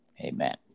Amen